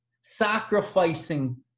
sacrificing